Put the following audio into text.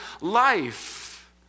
life